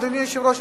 אדוני היושב-ראש,